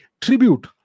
tribute